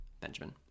Benjamin